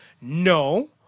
No